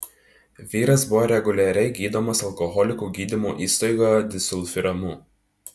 vyras buvo reguliariai gydomas alkoholikų gydymo įstaigoje disulfiramu